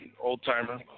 old-timer